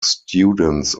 students